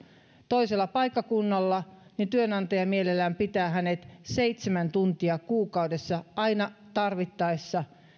toisella paikkakunnalla niin työnantaja mielellään pitää hänet seitsemän tuntia kuukaudessa aina tarvittaessa